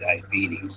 diabetes